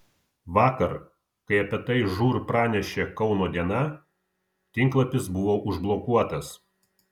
vakar kai apie tai žūr pranešė kauno diena tinklapis buvo užblokuotas